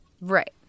Right